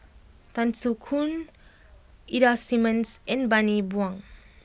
Tan Soo Khoon Ida Simmons and Bani Buang